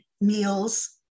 meals